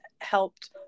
helped